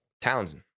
Townsend